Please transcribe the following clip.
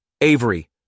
Avery